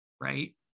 right